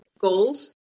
goals